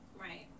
Right